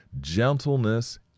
gentleness